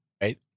Right